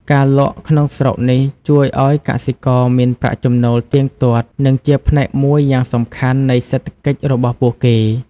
ការលក់ក្នុងស្រុកនេះជួយឱ្យកសិករមានប្រាក់ចំណូលទៀងទាត់ និងជាផ្នែកមួយយ៉ាងសំខាន់នៃសេដ្ឋកិច្ចរបស់ពួកគេ។